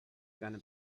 gonna